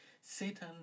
Satan